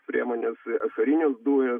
priemonės ašarinės dujos